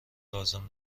لازم